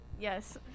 yes